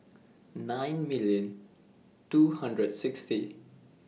nine million two hundred and sixty